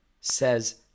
says